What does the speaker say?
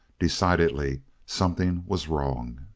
decidedly something was wrong.